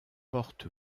porte